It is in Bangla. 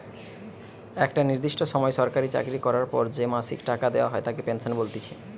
একটা নির্দিষ্ট সময় সরকারি চাকরি করার পর যে মাসিক টাকা দেওয়া হয় তাকে পেনশন বলতিছে